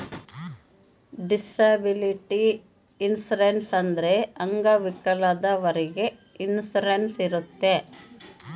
disability insurance ಅಂದ್ರೆ ಅಂಗವಿಕಲದವ್ರಿಗೆ insurance ಇರುತ್ತೆ